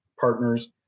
partners